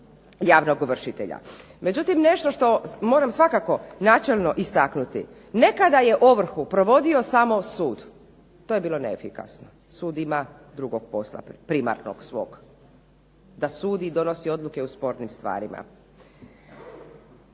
javnog ovršitelja. Međutim, nešto što moram svakako načelno istaknuti, nekada je ovrhu provodio samo sud. To je bilo neefikasno, sud ima drugog posla, primarnog svog da sudi i donosi odluke u spornim stvarima.